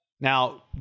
Now